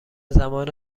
زمان